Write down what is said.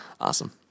Awesome